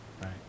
Right